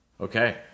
Okay